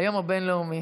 היום הבין-לאומי.